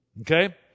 Okay